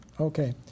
Okay